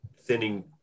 thinning